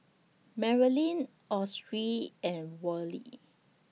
Merilyn Autry and Worley